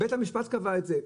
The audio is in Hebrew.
בית המשפט קבע את זה,